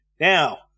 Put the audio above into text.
Now